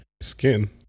skin